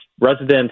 residents